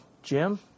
Jim